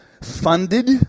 Funded